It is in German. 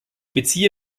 beziehe